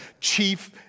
chief